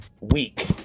week